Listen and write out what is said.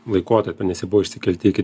laikotarpio nes jie buvo išsikelti iki